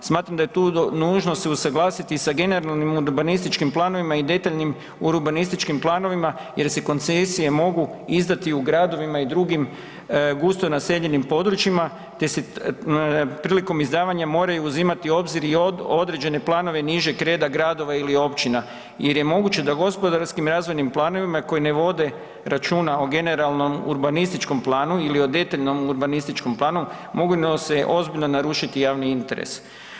Smatram da je tu nužno se usuglasiti sa generalnim urbanističkim planovima i detaljnim urbanističkim planovima jer se koncesije mogu izdati u gradovima i drugim gusto naseljenim područjima te se prilikom izdavanja moraju uzimati u obzir i određene planove nižeg reda gradova ili općina jer je moguće da gospodarskim razvojnim planovima koji ne vode računa o generalnom urbanističkom planu ili o detaljnom urbanističkom planu, mogu se ozbiljno narušiti javni interes.